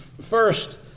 First